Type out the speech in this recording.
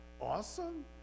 awesome